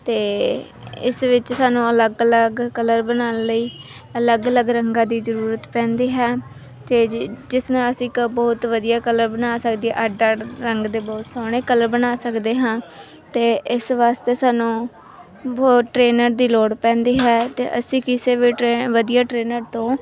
ਅਤੇ ਇਸ ਵਿੱਚ ਸਾਨੂੰ ਅਲੱਗ ਅਲੱਗ ਕਲਰ ਬਣਾਉਣ ਲਈ ਅਲੱਗ ਅਲੱਗ ਰੰਗਾਂ ਦੀ ਜ਼ਰੂਰਤ ਪੈਂਦੀ ਹੈ ਅਤੇ ਜਿਸ ਜਿਸ ਨਾਲ ਅਸੀਂ ਬਹੁਤ ਵਧੀਆ ਕਲਰ ਬਣਾ ਸਕਦੇ ਅੱਡ ਅੱਡ ਰੰਗ ਦੇ ਬਹੁਤ ਸੋਹਣੇ ਕਲਰ ਬਣਾ ਸਕਦੇ ਹਾਂ ਅਤੇ ਇਸ ਵਾਸਤੇ ਸਾਨੂੰ ਬਹੁਤ ਟ੍ਰੇਨਰ ਦੀ ਲੋੜ ਪੈਂਦੀ ਹੈ ਅਤੇ ਅਸੀਂ ਕਿਸੇ ਵੀ ਟਰੇ ਵਧੀਆ ਟ੍ਰੇਨਰ ਤੋਂ